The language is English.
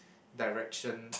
direction